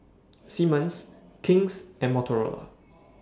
Simmons King's and Motorola